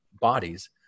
bodies